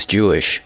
Jewish